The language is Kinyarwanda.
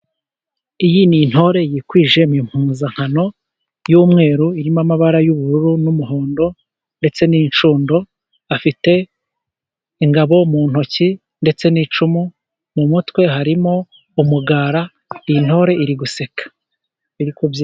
Iyi ni intore yikwije mu mpuzankano y'umweru, irimo amabara y'ubururu, n'umuhondo, ndetse n'incundo. Ifite ingabo mu ntoki, ndetse n'icumu, mu mutwe harimo umugara, iyi ntore iri guseka.